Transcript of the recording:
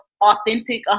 authentic